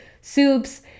soups